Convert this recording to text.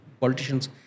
politicians